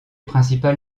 principal